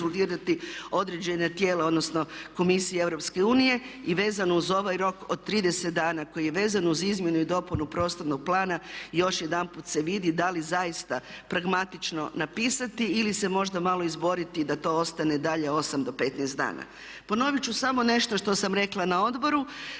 određena tijela odnosno komisija EU i vezano uz ovaj rok od 30 dana koji je vezan uz izmjenu i dopunu prostornog plana. Još jedanput se vidi da li zaista pragmatično napisati ili se možda malo izboriti da to ostane dalje 8-15 dana. Ponovit ću samo nešto što sam rekla na Odboru.